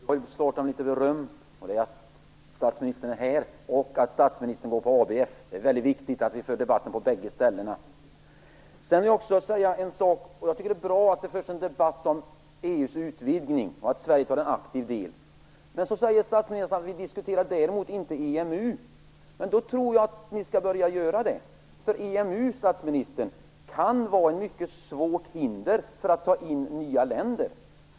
Fru talman! Även jag skall starta med litet beröm - beröm för att statsministern är här och för att statsministern går på ABF. Det är väldigt viktigt att debatten förs på bägge ställena. Det är bra att det förs en debatt om EU:s utvidgning och att Sverige tar en aktiv del i den. Men sedan säger statsministern att ni däremot inte diskutera EMU. Men då tror jag att ni skall börja att göra det, för EMU, statsministern, kan vara ett mycket svårt hinder för att ta in nya länder.